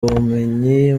ubumenyi